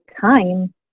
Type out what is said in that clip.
time